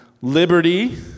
liberty